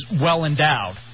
well-endowed